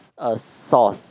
uh sauce